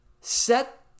Set